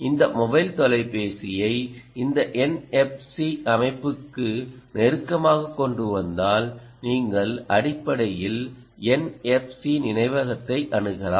இந்த மொபைல் தொலைபேசியை இந்த என்எப்சி அமைப்புக்கு நெருக்கமாக கொண்டு வந்தால் நீங்கள் அடிப்படையில் என்எப்சி நினைவகத்தை அணுகலாம்